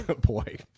boy